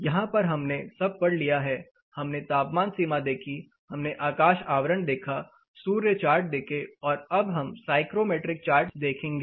यहां पर हमने यह सब पढ़ लिया है हमने तापमान सीमा देखी हमने आकाश आवरण देखा सूर्य चार्ट देखें और अब हम साइक्रोमेट्रिक चार्ट देखेंगे